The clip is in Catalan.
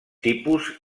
tipus